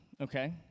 Okay